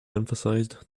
emphasized